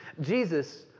Jesus